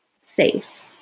safe